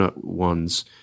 ones